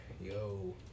yo